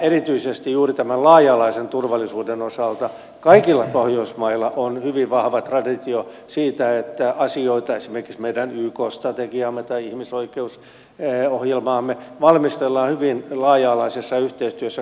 erityisesti juuri tämän laaja alaisen turvallisuuden osalta kaikilla pohjoismailla on hyvin vahva traditio siinä että asioita esimerkiksi meidän yk strategiaamme tai ihmisoikeusohjelmaamme valmistellaan hyvin laaja alaisessa yhteistyössä kansalaisyhteiskunnan kanssa